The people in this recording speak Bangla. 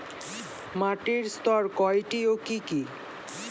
মাটির স্তর কয়টি ও কি কি?